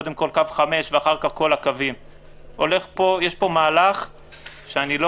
אני לא